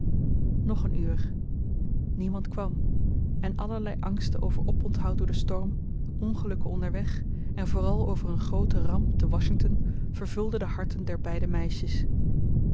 nog een uur niemand kwam en allerlei angsten over oponthoud door den storm ongelukken onderweg en vooral over een groote ramp te washington vervulden de harten der beide meisjes